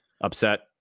upset